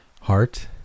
heart